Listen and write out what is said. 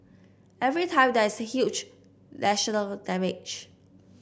every time there is huge national damage